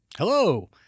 Hello